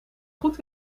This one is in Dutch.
goed